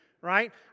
right